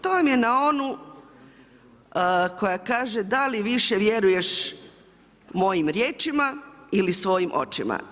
To vam je na onu koja kaže da li više vjeruješ moji riječima ili svojim očima.